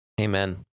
Amen